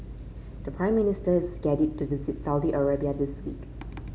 the Prime Minister is scheduled to visit Saudi Arabia this week